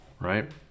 right